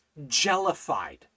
jellified